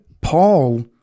Paul